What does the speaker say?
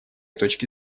точки